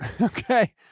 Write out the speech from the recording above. Okay